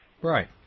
Right